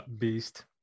beast